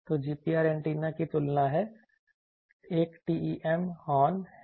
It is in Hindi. तो GPR एंटेना की तुलना है एक TEM हॉर्न है